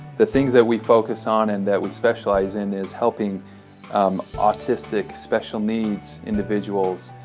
the things that we focus on and that we specialize in is helping um autistic special needs individuals,